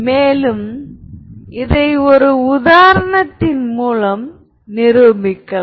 எனவே λ இது λ உண்மையானது என்பதைக் குறிக்கிறது